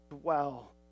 dwell